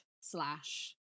slash